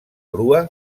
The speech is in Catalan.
grua